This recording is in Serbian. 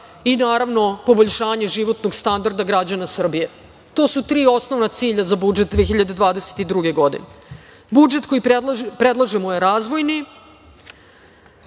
životnog standarda životnog standarda građana Srbije. To su tri osnovna cilja za budžet 2022. godine. Budžet koji predlažemo je razvojni